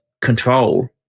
control